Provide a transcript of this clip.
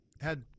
had-